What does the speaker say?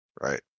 Right